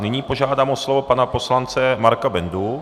Nyní požádám o slovo pana poslance Marka Bendu.